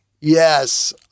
Yes